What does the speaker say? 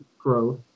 growth